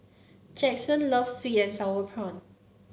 Jaxson loves sweet and sour prawn